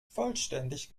vollständig